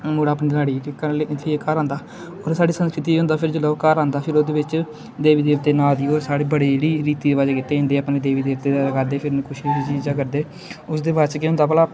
मुड़ा अपनी लाड़ी गी घरै आह्ले जेल्लै घर औंदा ओल्लै साढ़ी संस्कृति च एह् होंदा फिर जेल्लै ओह् घर औंदा फिर ओह्दे बिच्च देबी देबते नांऽ दी ओह् साढ़े बड़ी जेह्ड़ी रीती रवाजें गित्तै इं'दे अपने देबी देबते दे रकादे फिरन कुछ इक चीजां करदे उसदे बाद च केह् होंदा भला